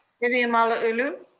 vivian malauulu.